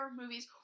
movies